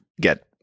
get